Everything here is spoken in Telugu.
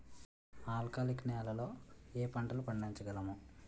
ఆల్కాలిక్ నెలలో ఏ పంటలు పండించగలము?